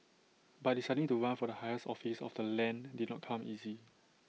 but deciding to run for the highest office of the land did not come easy